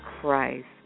Christ